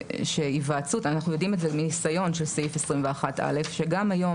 אנחנו יודעים מניסיון של סעיף 21א שגם היום,